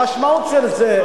המשמעות של זה,